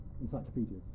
encyclopedias